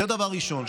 זה דבר ראשון.